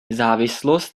závislost